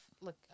look